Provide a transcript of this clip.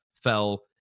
fell